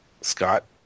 Scott